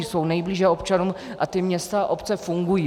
Jsou nejblíže občanům a ta města a obce fungují.